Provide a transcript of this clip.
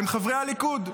הם חברי הליכוד,